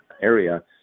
area